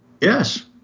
yes